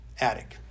attic